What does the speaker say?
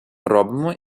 робимо